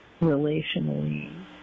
relationally